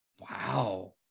Wow